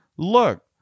Look